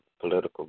political